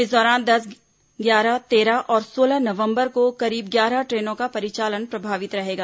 इस दौरान दस ग्यारह तेरह और सोलह नवंबर को करीब ग्यारह ट्रेनों का परिचालन प्रभावित रहेगा